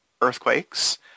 Earthquakes